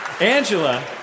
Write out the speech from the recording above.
Angela